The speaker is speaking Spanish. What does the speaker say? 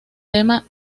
tema